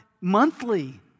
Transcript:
monthly